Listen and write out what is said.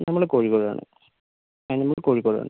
നമ്മൾ കോഴിക്കോട് ആണ് ആ നമ്മൾ കോഴിക്കോടാണ്